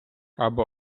або